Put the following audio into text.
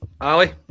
Ali